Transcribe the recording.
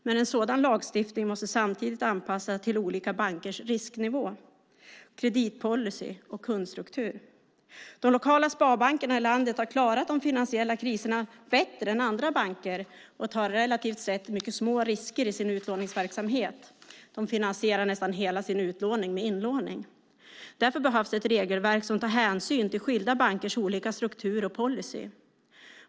Men en sådan lagstiftning måste samtidigt anpassas till olika bankers risknivå, kreditpolicy och kundstruktur. De lokala sparbankerna i landet har klarat de finansiella kriserna bättre än andra banker och tar relativt sett mycket små risker i sin utlåningsverksamhet. De finansierar nästan hela sin utlåning med inlåning. Därför behövs ett regelverk som tar hänsyn till skilda bankers olika struktur och policy.